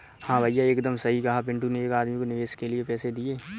हां भैया एकदम सही कहा पिंटू ने एक आदमी को निवेश के लिए पैसे दिए